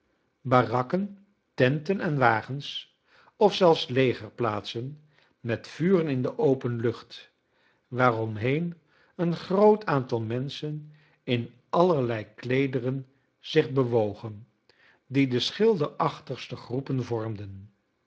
barakken tenten en wagens of zelfs legerplaatsen met vuren in de open lucht waaromheen een groot aantal menschen in allerlei kleederen zich bewogen die de schilderachtigste groepen vormden